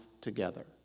together